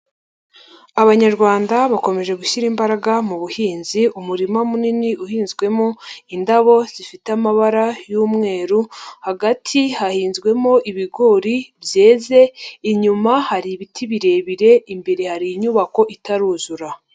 Abanyarwanda bakomeje gushyira imbaraga mu buhinzi. Umurima munini uhinzwemo indabo zifite amabara y'umweru hagati hahinzwemo ibigori byeze inyuma hari ibiti birebire imbere hari inyubako itaruzura.